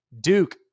Duke